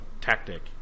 tactic